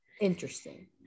Interesting